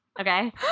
okay